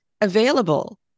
available